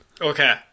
Okay